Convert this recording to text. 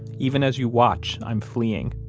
even as you watch, i'm fleeing.